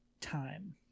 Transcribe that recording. time